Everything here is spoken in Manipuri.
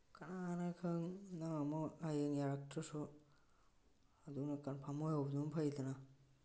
ꯀꯅꯥꯅ ꯈꯪ ꯅꯪ ꯑꯃꯨꯛ ꯍꯌꯦꯡ ꯌꯥꯔꯛꯇ꯭ꯔꯁꯨ ꯑꯗꯨꯅ ꯀꯟꯐꯝ ꯑꯣꯏꯍꯧꯕꯗꯨꯅ ꯐꯩꯗꯅ